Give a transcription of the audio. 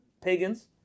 pagans